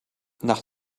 nach